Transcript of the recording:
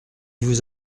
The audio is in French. vous